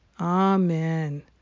Amen